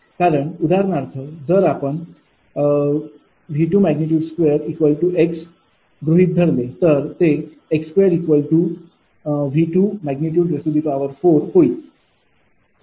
कारण उदाहरणार्थ जर आपण V22𝑥 गृहित धरले तर ते x2V24होईल